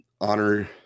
honor